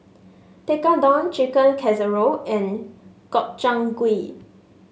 Tekkadon Chicken Casserole and Gobchang Gui